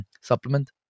supplement